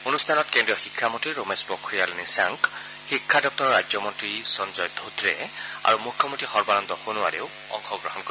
অনুষ্ঠানত কেদ্ৰীয় শিক্ষামন্তী ৰমেশ পোখিয়াল নিশাংক শিক্ষা দপ্তৰৰ ৰাজ্য মন্তী সঞ্জয় ধোত্ৰে আৰু মুখ্যমন্তী সৰ্বানন্দ সোণোৱালেও অংশগ্ৰহণ কৰিব